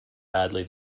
badly